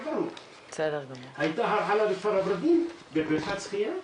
היה אירוע בכפר הוורדים בבריכת שחייה,